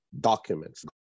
documents